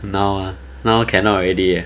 now ah now cannot already